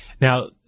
Now